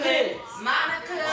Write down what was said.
Monica